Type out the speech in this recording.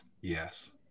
Yes